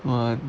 what